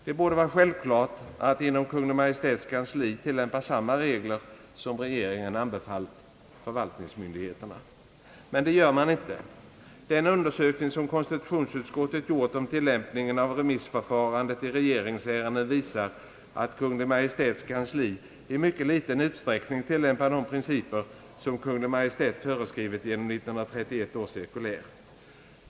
Det borde vara självklart att inom Kungl. Maj:ts kansli tillämpa samma regler som regeringen anbefallt förvaltningsmyndigheterna. Men det gör man inte. Den undersökning som konstitutionsutskottet gjort om tillämpningen av remissförfarandet i regeringsärenden visar, att Kungl. Maj:ts kansli i mycket liten utsträckning tillämpar de principer som Kungl. Maj:t föreskrivit genom 1931 års cirkulär.